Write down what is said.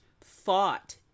thought